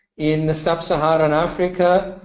in sub-saharan africa,